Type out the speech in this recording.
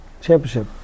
championship